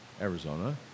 Arizona